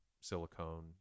silicone